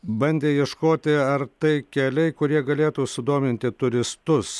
bandė ieškoti ar tai keliai kurie galėtų sudominti turistus